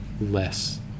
less